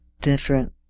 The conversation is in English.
different